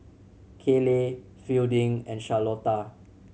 Kayley Fielding and Charlotta